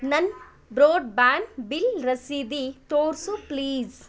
ನನ್ನ broadband bill ರಸೀದಿ ತೋರಿಸು ಪ್ಲೀಸ್